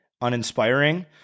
uninspiring